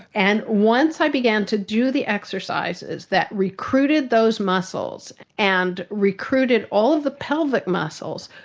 and once i began to do the exercises that recruited those muscles and recruited all of the pelvic muscles,